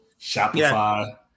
Shopify